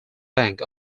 bank